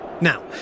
Now